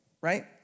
right